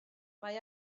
mae